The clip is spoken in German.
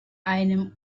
einem